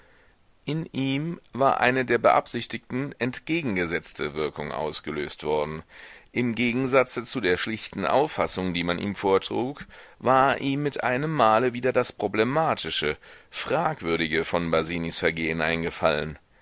in ihm war eine der beabsichtigten entgegengesetzte wirkung ausgelöst worden im gegensatze zu der schlichten auffassung die man ihm vortrug war ihm mit einem male wieder das problematische fragwürdige von basinis vergehen eingefallen